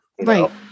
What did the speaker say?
right